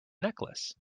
necklace